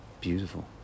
beautiful